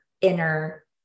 inner